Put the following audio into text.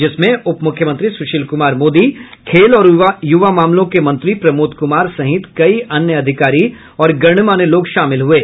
जिसमें उपमुख्यमंत्री सुशील कुमार मोदी खेल और युवा मामलों के मंत्री प्रमोद कुमार सहित कई अन्य अधिकारी और गणमान्य लोग शामिल हुये